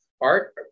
Art